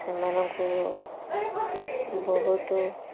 ସେମାନଙ୍କୁ ବହୁତ